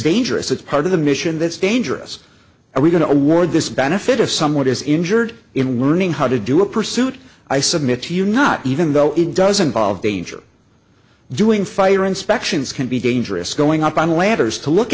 dangerous it's part of the mission that's dangerous and we're going to award this benefit if someone is injured in learning how to do a pursuit i submit to you not even though it doesn't all danger doing fire inspections can be dangerous going up on ladders to look